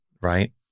right